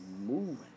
moving